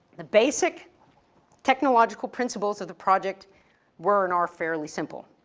the basic technological principles of the project were and are fairly simple.